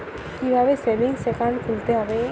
কীভাবে savings account খুলতে হবে?